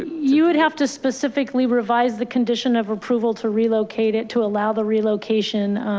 you would have to specifically revise the condition of approval to relocate it, to allow the relocation.